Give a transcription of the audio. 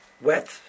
wet